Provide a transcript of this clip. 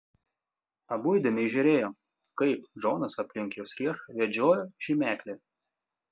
abu įdėmiai žiūrėjo kaip džonas aplink jos riešą vedžioja žymeklį